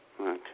Okay